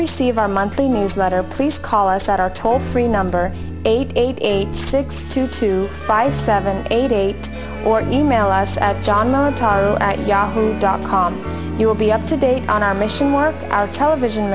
receive our monthly newsletter please call us at our toll free number eight eight six two two five seven eight eight or nine mail us at yahoo dot com you will be up to date on our mission one hour television